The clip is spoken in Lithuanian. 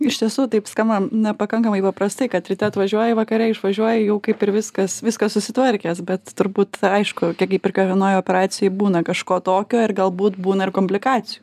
iš tiesų taip skamba na pakankamai paprastai kad ryte atvažiuoji vakare išvažiuoji jau kaip ir viskas viską susitvarkęs bet turbūt aišku kiek ir per kiekvienoj operacijoj būna kažko tokio ir galbūt būna ir komplikacijų